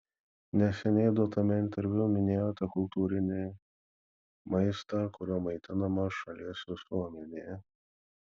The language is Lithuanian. neseniai duotame interviu minėjote kultūrinį maistą kuriuo maitinama šalies visuomenė